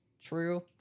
true